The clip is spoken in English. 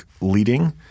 leading